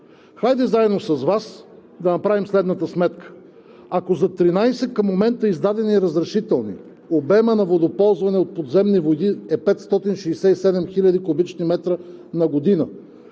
Хайде заедно с Вас да направим следната сметка: ако за 13 към момента издадени разрешителни обемът на водоползване от подземни води е 567 хил. куб. м на година,